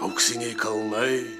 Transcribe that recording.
auksiniai kalnai